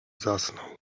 stanął